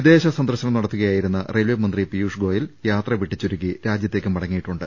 വിദേശ സന്ദർശനം നടത്തുകയായി രുന്ന റെയിൽവെ മന്ത്രി പീയുഷ് ഗോയൽ യാത്ര വെട്ടിച്ചുരുക്കി രാജ്യത്തേക്ക് മടങ്ങിയിട്ടുണ്ട്